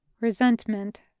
Resentment